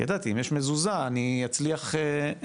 כי ידעתי שאם יש מזוזה אצליח לתקשר.